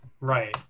right